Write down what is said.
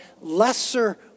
lesser